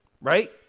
Right